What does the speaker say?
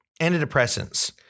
antidepressants